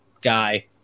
guy